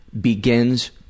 begins